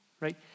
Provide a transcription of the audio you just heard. right